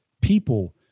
people